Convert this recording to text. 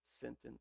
sentence